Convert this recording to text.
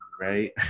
Right